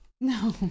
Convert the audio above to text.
No